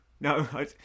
no